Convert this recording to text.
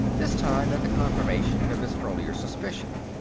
this time at the confirmation of his earlier suspicion.